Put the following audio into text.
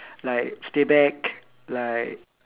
like stay back like